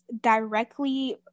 directly